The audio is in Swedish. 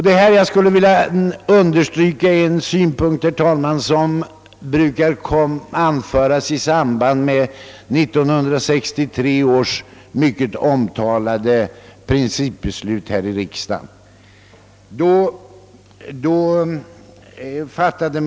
I detta sammanhang skulle jag vilja understryka en synpunkt som brukar anföras vid diskussioner om 1963 års principbeslut rörande den statliga trafikpolitiken.